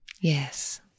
Yes